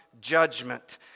judgment